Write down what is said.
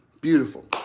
Beautiful